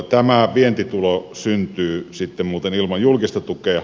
tämä vientitulo syntyy sitten muuten ilman julkista tukea